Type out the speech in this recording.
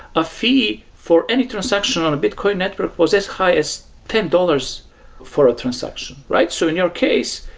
a fee for any transaction on a bitcoin network was as high as ten dollars for a transaction, right? so in your case,